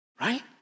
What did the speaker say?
right